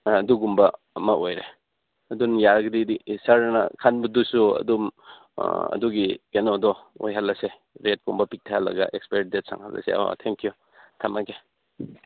ꯑꯥ ꯑꯗꯨꯒꯨꯝꯕ ꯑꯃ ꯑꯣꯏꯔꯦ ꯑꯗꯨꯅ ꯌꯥꯔꯒꯗꯤ ꯁꯥꯔꯅ ꯈꯟꯕꯗꯨꯁꯨ ꯑꯗꯨꯝ ꯑꯗꯨꯒꯤ ꯀꯩꯅꯣꯗꯣ ꯑꯣꯏꯍꯜꯂꯁꯦ ꯔꯦꯠꯀꯨꯝꯕ ꯄꯤꯛꯊꯍꯜꯂꯒ ꯑꯦꯛꯁꯄꯥꯏꯔꯤ ꯗꯦꯗ ꯁꯥꯡꯍꯜꯂꯁꯦ ꯑꯣ ꯑꯥ ꯊꯦꯡ ꯌꯨ ꯊꯝꯂꯒꯦ